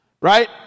Right